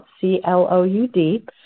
C-L-O-U-D